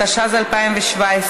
התשע"ז 2017,